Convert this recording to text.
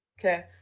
Okay